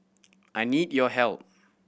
I need your help